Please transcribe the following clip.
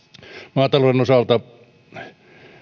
maatalouden osalta